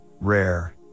rare